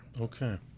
Okay